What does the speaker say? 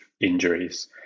injuries